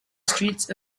streets